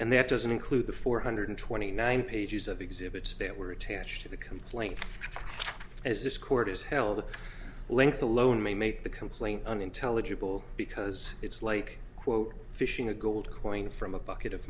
and that doesn't include the four hundred twenty nine pages of exhibits that were attached to the complaint as this court is held at length alone may make the complaint unintelligible because it's like quote fishing a gold coin from a bucket of